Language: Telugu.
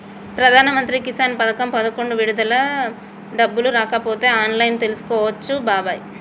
ప్రధానమంత్రి కిసాన్ పథకం పదకొండు విడత డబ్బులు రాకపోతే ఆన్లైన్లో తెలుసుకోవచ్చు బాబాయి